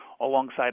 alongside